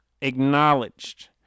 acknowledged